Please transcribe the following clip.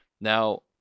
Now